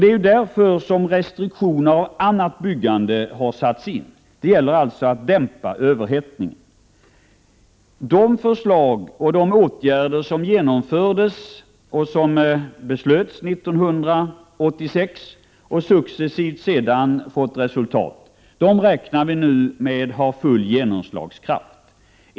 Det är därför som restriktioner av annat byggande har satts in. Det gäller alltså att dämpa överhettningen. Vi räknar med att de åtgärder som beslöts 1986 och som successivt har genomförts nu har fått full genomslagskraft.